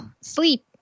sleep